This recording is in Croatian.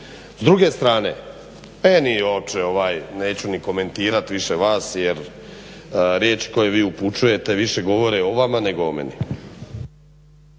S druge strane, meni uopće, neću ni komentirat više vas jer riječi koje vi upućujete više govore o vama nego o meni.